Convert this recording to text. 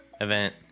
event